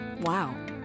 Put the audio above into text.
Wow